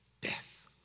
death